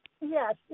Yes